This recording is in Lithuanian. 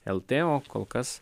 lt o kol kas